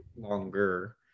longer